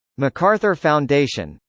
macarthur foundation.